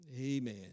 Amen